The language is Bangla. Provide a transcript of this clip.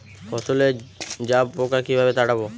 ফসলে জাবপোকা কিভাবে তাড়াব?